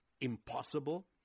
impossible